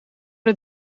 het